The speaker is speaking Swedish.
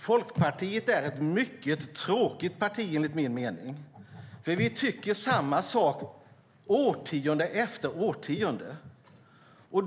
Folkpartiet är ett mycket tråkigt parti, enligt min mening, för vi tycker samma sak årtionde efter årtionde.